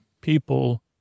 people